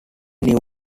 new